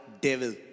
devil